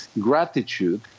gratitude